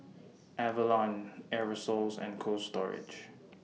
Avalon Aerosoles and Cold Storage